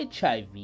HIV